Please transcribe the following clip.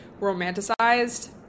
romanticized